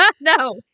No